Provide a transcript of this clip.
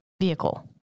vehicle